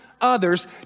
others